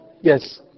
Yes